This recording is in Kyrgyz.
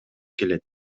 келет